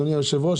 אדוני היושב-ראש,